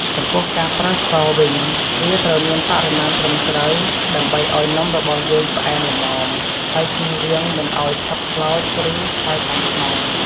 ចំពោះការប្រើស្ករវិញ វាត្រូវមានបរិមាណត្រឹមត្រូវ ដើម្បីឱ្យនំរបស់យើងផ្អែមល្មម ហើយចៀសវាងមិនឱ្យឆាប់ខ្លោច ឬឆៅខាងក្នុង។